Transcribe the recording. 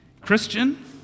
Christian